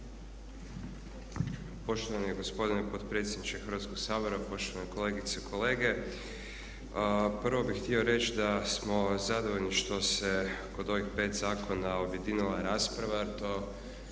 Poštovani gospodine potpredsjedniče Hrvatskog sabora, poštovane kolegice i kolege. Prvo bih htio reći da smo zadovoljni što se kod ovih 5 zakona objedinila rasprava